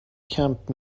کمپ